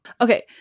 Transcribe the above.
Okay